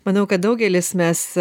manau kad daugelis mes